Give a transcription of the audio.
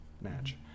match